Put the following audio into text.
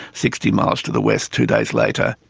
sixty miles to the west two days later.